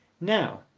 now